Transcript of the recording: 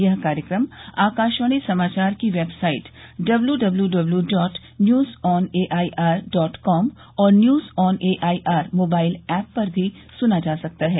यह कार्यक्रम आकाशवाणी समाचार की website W W W dot news on A I R dot com और news on A I R mobile app पर भी सुना जा सकता है